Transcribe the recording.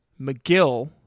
McGill